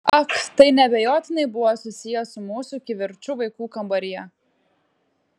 ak tai neabejotinai buvo susiję su mūsų kivirču vaikų kambaryje